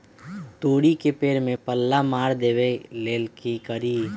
तोड़ी के पेड़ में पल्ला मार देबे ले का करी?